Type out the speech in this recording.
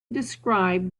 described